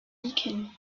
deakin